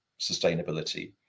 sustainability